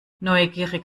neugierig